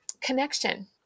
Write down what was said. connection